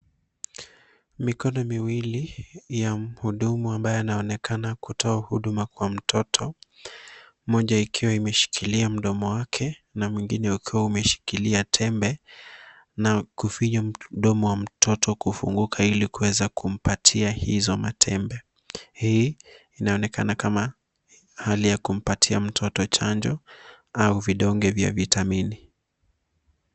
Mikono miwili ya mhudumu ambaye anaonekana kutoa huduma kwa mtoto moja ikiwa imeshikilia mdomo wake na mwingine ukiwa umeshikilia tembe na kufinya mdomo wa mtoto kufunguka ili kuweza kumpatia hizo matembe. Hii inaonekana kama hali ya kumpatia mtoto chanjo au vidonge vya vitamini.